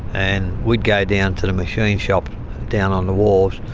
and we'd go down to the machine shop down on the wharf,